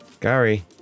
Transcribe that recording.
Gary